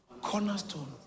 cornerstone